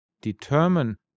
determine